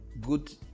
good